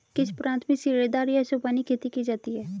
किस प्रांत में सीढ़ीदार या सोपानी खेती की जाती है?